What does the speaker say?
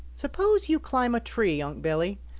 suppose you climb a tree, unc' billy,